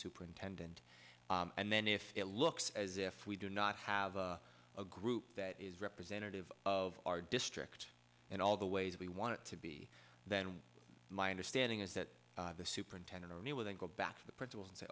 superintendent and then if it looks as if we do not have a group that is representative of our district and all the ways we want it to be then my understanding is that the superintendent only with an go back to the principals and say